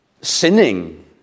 sinning